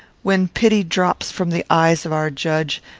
when pity drops from the eyes of our judge,